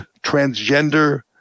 transgender